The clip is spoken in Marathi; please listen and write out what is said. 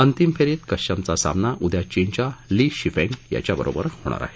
अंतिम फेरीत कश्यपचा सामना उद्या चीनच्या लि शिफेंग याच्याबरोबर होणार आहे